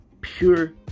pure